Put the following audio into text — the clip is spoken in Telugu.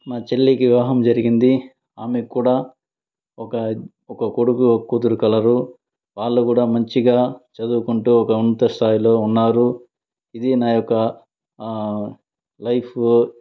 మా చెల్లికి వివాహం జరిగింది ఆమెకి కూడ ఒక ఒక కొడుకు ఒక కుతూరు కలరు వాళ్ళు కూడ మంచిగా చదువుకుంటూ ఒక ఉన్నత స్థాయిలో ఉన్నారు ఇది నా యొక్క లైఫు